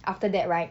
after that right